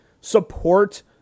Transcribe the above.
support